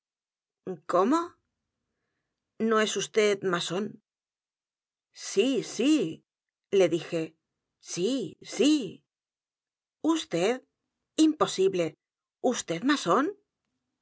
cómo no es vd masón sí sí le dije sí sí vd imposible vd masón